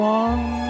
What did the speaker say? one